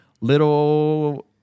little